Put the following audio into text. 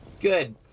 Good